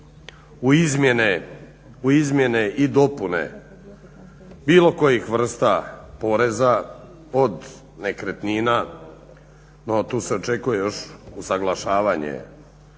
u izmjene i dopune bilo kojih vrsta poreza, od nekretnina, no tu se očekuje još usuglašavanje